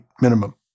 minimum